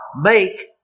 make